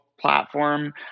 platform